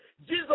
Jesus